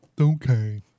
Okay